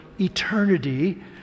eternity